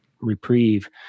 reprieve